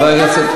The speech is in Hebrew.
חבר הכנסת,